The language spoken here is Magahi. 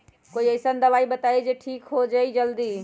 कोई अईसन दवाई बताई जे से ठीक हो जई जल्दी?